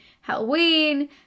Halloween